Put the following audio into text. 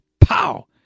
pow